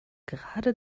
gerade